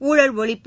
ஊழல் ஒழிப்பு